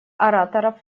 ораторов